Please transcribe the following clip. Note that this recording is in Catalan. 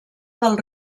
del